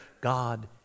God